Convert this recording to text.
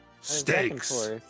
Steaks